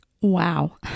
Wow